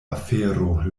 afero